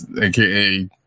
aka